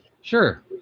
Sure